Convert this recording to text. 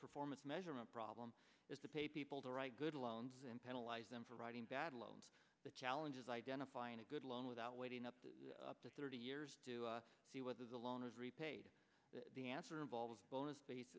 performance measurement problem is to pay people to write good loans and penalize them for writing bad loans the challenge is identifying a good loan without waiting up to up to thirty years to see whether the loners repaid the answer involves bonus base